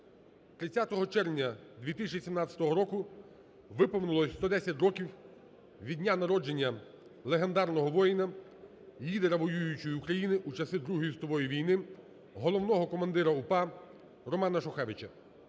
червня 2017 року виповнилося 110 років від дня народження легендарного воїна, лідера воюючої України у часи Другої світової війни, головного командира УПА Романа Шухевича.